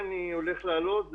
ישראל.